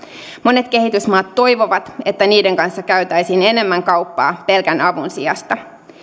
monet kehitysmaat toivovat että niiden kanssa käytäisiin enemmän kauppaa pelkän avun sijasta